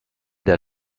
der